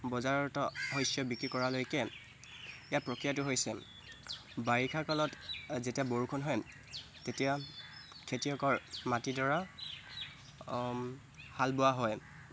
বজাৰত শষ্য বিক্ৰী কৰালৈকে ইয়াৰ প্ৰক্ৰিয়াটো হৈছে বাৰিষাকালত যেতিয়া বৰষুণ হয় তেতিয়া খেতিয়কৰ মাটিডৰা হাল বোৱা হয়